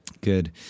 Good